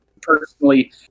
Personally